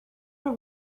are